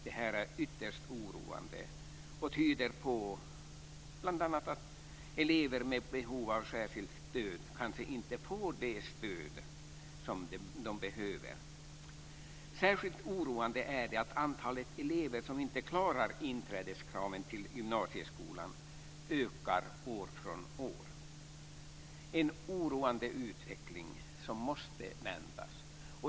Det här är ytterst oroande och tyder bl.a. på att elever med behov av särskilt stöd kanske inte får det stöd som de behöver. Särskilt oroande är det att antalet elever som inte klarar inträdeskraven till gymnasieskolan ökar år från år. Det är en oroande utveckling som måste vändas.